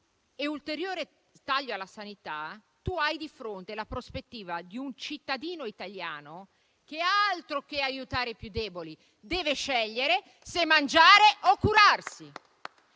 e ulteriore taglio alla sanità, si ha di fronte la prospettiva di un cittadino italiano che (altro che aiutare i più deboli) deve scegliere se mangiare o curarsi.